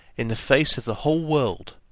in the face of the whole world,